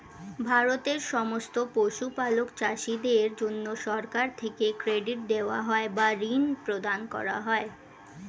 ভারতের সমস্ত পশুপালক চাষীদের জন্যে সরকার থেকে ক্রেডিট দেওয়া হয় বা ঋণ প্রদান করা হয়